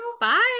Bye